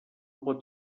pot